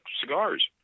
cigars